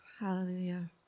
Hallelujah